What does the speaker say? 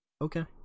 Okay